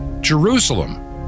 Jerusalem